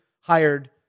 hired